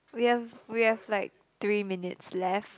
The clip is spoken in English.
we have we have like three minutes left